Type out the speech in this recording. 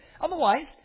Otherwise